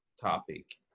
topic